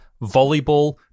volleyball